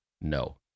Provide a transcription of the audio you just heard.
No